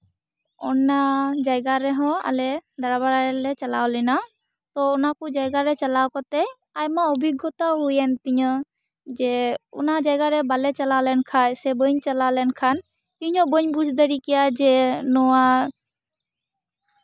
ᱚᱱᱟ ᱡᱟᱭᱜᱟ ᱨᱮᱦᱚᱸ ᱟᱞᱮ ᱫᱟᱬᱟ ᱵᱟᱲᱟᱭ ᱞᱮ ᱪᱟᱞᱟᱣ ᱞᱮᱱᱟ ᱛᱚ ᱚᱱᱟ ᱠᱩ ᱡᱟᱭᱜᱟ ᱨᱮ ᱪᱟᱞᱟᱣ ᱠᱟᱛᱮᱜ ᱟᱭᱢᱟ ᱚᱵᱷᱤᱜᱽ ᱜᱚᱛᱟ ᱦᱩᱭᱮᱱ ᱛᱤᱧᱟᱹ ᱡᱮ ᱚᱱᱟ ᱡᱟᱭᱜᱟ ᱨᱮ ᱵᱟᱞᱮ ᱪᱟᱞᱟᱣ ᱞᱮᱱ ᱠᱷᱟᱡ ᱥᱮ ᱵᱟᱹᱧ ᱪᱟᱞᱟᱣ ᱞᱮᱱ ᱠᱷᱟᱱ ᱤᱧ ᱦᱚᱸ ᱵᱟᱹᱧ ᱵᱩᱡᱽ ᱫᱟᱲᱮ ᱠᱮᱭᱟ ᱡᱮ ᱱᱚᱣᱟ